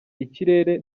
ikirere